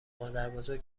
مادربزرگ